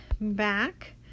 back